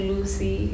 Lucy